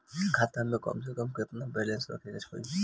खाता में कम से कम केतना बैलेंस रखे के होईं?